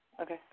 Okay